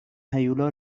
هیولا